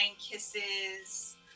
kisses